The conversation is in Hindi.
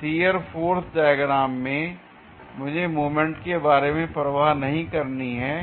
शियर फोर्स डायग्राम में मुझे मोमेंट के बारे में परवाह नहीं करनी है